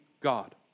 God